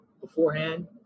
beforehand